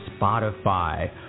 Spotify